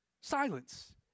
Silence